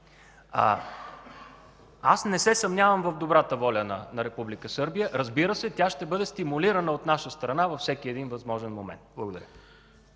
Аз не се съмнявам в добрата воля на Република Сърбия. Разбира се, тя ще бъде стимулирана от наша страна във всеки един възможен момент. Благодаря.